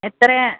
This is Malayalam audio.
എത്രയാ